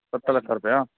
सत लख रुपया